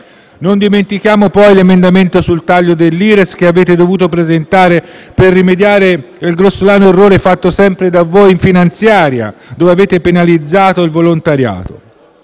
Non dimentichiamo poi l'emendamento sul taglio dell'IRES che avete dovuto presentare per rimediare al grossolano errore fatto sempre da voi nella legge di bilancio, dove avete penalizzato il volontariato.